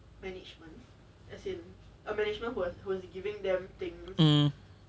um